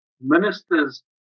minister's